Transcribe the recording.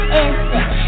instinct